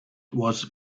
was